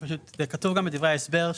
זה כתוב גם בדברי ההסבר,